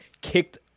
kicked